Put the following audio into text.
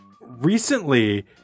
Recently